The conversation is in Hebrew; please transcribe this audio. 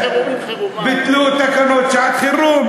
ביטלו את תקנות שעת-חירום.